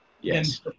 Yes